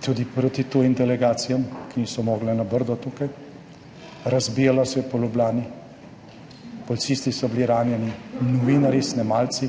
tudi proti tujim delegacijam, ki niso mogle na Brdo, razbijalo se je po Ljubljani, policisti so bili ranjeni, novinarji, snemalci